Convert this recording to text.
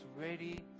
ready